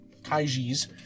Kaiji's